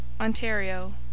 Ontario